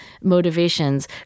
motivations